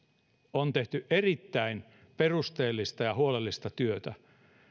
on tehty erittäin perusteellista ja huolellista työtä